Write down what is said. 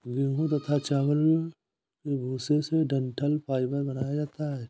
गेहूं तथा चावल के भूसे से डठंल फाइबर बनाया जाता है